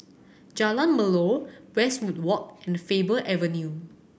Jalan Melor West Walk and Faber Avenue